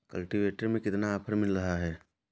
Cultivator में कितना offer मिल रहा है?